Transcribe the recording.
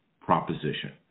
proposition